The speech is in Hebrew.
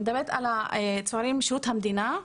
אני מדברת על צוערים לשירות המדינה,